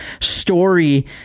story